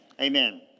Amen